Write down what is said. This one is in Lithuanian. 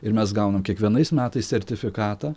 ir mes gaunam kiekvienais metais sertifikatą